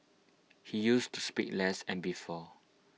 he used to speak less and before